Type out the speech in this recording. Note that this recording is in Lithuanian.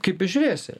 kaip bežiūrėsi